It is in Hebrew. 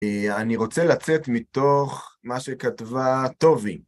אני רוצה לצאת מתוך מה שכתבה טובי.